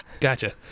gotcha